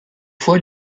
fois